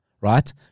right